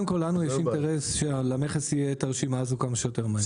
גם לנו יש אינטרס שלמכס תהיה הרשימה הזאת כמה שיותר מהר.